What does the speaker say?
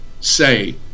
say